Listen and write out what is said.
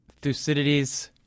Thucydides